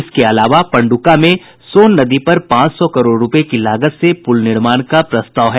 इसके अलावा पंडुका में सोन नदी पर पांच सौ करोड़ रुपये की लागत से पुल निर्माण का प्रस्ताव है